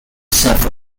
surfer